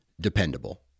dependable